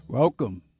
Welcome